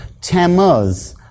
Tammuz